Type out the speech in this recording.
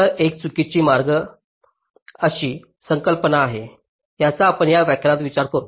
तर एक चुकीची मार्ग अशी संकल्पना आहे ज्याचा आपण या व्याख्यानात विशेष विचार करू